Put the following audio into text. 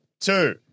two